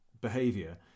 behavior